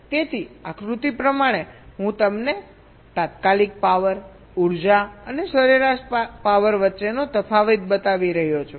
તેથી આકૃતિ પ્રમાણે હું તમને તાત્કાલિક પાવર ઉર્જા અને સરેરાશ પાવર વચ્ચેનો તફાવત બતાવી રહ્યો છું